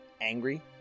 angry